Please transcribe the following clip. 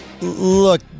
look